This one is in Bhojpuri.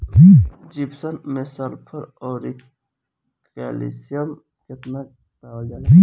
जिप्सम मैं सल्फर औरी कैलशियम कितना कितना पावल जाला?